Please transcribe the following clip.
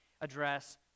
address